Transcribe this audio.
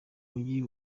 mujyi